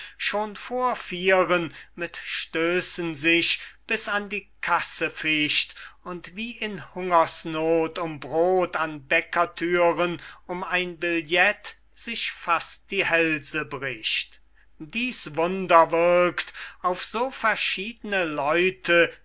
schon vor vieren mit stößen sich bis an die kasse ficht und wie in hungersnoth um brot an beckerthüren um ein billet sich fast die hälse bricht dieß wunder wirkt auf so verschiedne leute